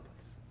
place